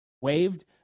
waived